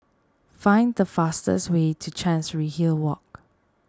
find the fastest way to Chancery Hill Walk